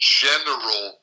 general